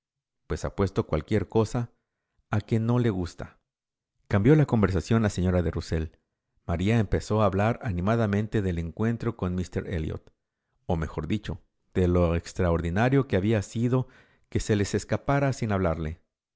pues apuesto cualquier cosa a que no le gusta cambió la conversación la señora de rusell maría empezó a hablar animadamente del encuentro con míster elliot o mejor dicho de lo extraordinario que había sido que se les escapara sin hablarle